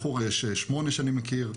בחורה יש שמונה שאני מכיר.